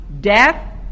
death